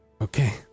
Okay